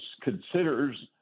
considers